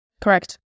Correct